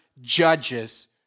judges